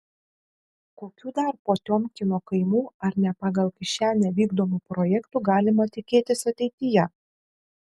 kokių dar potiomkino kaimų ar ne pagal kišenę vykdomų projektų galima tikėtis ateityje